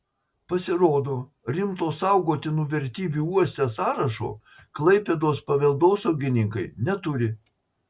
pasirodo rimto saugotinų vertybių uoste sąrašo klaipėdos paveldosaugininkai neturi